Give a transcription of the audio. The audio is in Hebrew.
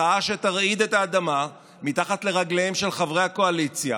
מחאה שתרעיד את האדמה מתחת לרגליהם של חברי הקואליציה,